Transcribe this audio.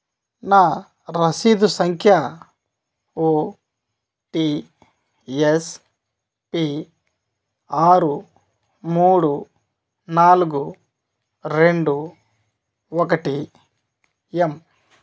నా రశీదు సంఖ్య ఓటీఎస్పీ ఆరు మూడు నాలుగు రెండు ఒకటి ఎం